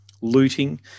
looting